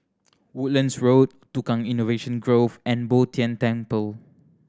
Woodlands Road Tukang Innovation Grove and Bo Tien Temple